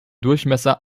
durchmesser